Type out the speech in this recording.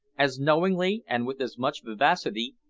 as knowingly, and with as much vivacity,